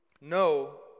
No